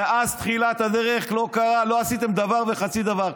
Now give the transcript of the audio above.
מאז תחילת הדרך לא עשיתם דבר וחצי דבר,